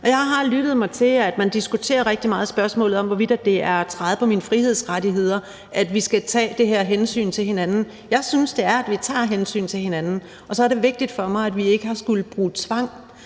jeg har lyttet mig til, at man rigtig meget diskuterer spørgsmålet om, hvorvidt det er at træde på ens frihedsrettigheder, at vi skal tage det her hensyn til hinanden. Jeg synes, det er, at vi tager hensyn til hinanden, og så er det vigtigt for mig, at vi ikke har skullet bruge tvang